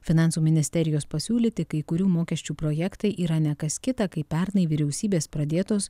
finansų ministerijos pasiūlyti kai kurių mokesčių projektai yra ne kas kita kaip pernai vyriausybės pradėtos